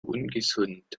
ungesund